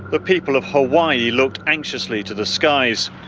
the people of hawaii looked anxiously to the skies.